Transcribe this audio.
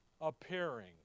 appearing